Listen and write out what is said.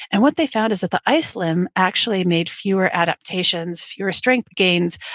and what they found is that the ice limb actually made fewer adaptations, fewer strength gains.